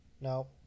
No